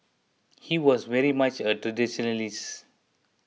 he was very much a traditionalist